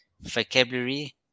vocabulary